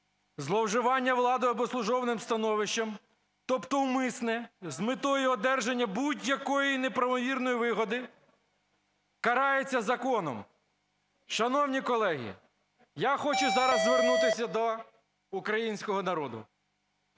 Зловживання владою або службовим становищем, тобто умисне, з метою одержання будь-якої неправомірної вигоди, карається законом. Шановні колеги, я хочу зараз звернутися до українського народу.